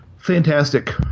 Fantastic